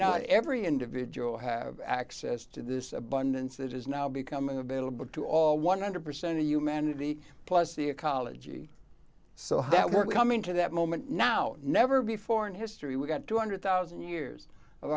not every individual have access to this abundance that has now become available to all one hundred percent of humanity plus the ecology so that we're coming to that moment now never before in history we've got two hundred thousand years of